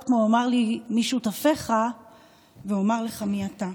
כמו: אמור לי מי שותפיך ואומר לך מי אתה.